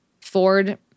Ford